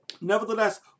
Nevertheless